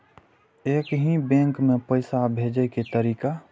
एक ही बैंक मे पैसा भेजे के तरीका?